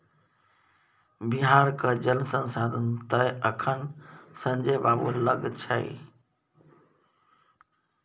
बिहारक जल संसाधन तए अखन संजय बाबू लग छै